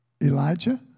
Elijah